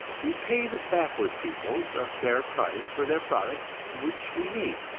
we pay the backward peoples a fair price for their products which we need.